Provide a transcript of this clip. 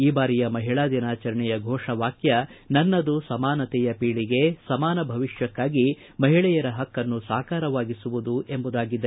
ಈ ಬಾರಿಯ ಮಹಿಳಾ ದಿನಾಚರಣೆಯ ಘೋಷವಾಕ್ಯ ನನ್ನದು ಸಮಾನತೆಯ ಪೀಳಿಗೆ ಸಮಾನ ಭವಿಷ್ಠಕ್ಕಾಗಿ ಮಹಿಳೆಯರ ಪಕ್ಕನ್ನು ಸಾಕಾರವಾಗಿಸುವುದು ಎಂಬುದಾಗಿದೆ